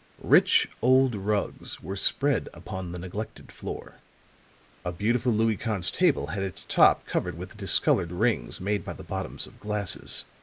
rich old rugs were spread upon the neglected floor a beautiful louis quinze table had its top covered with discolored rings made by the bottoms of glasses,